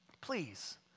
please